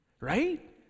Right